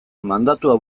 mandatua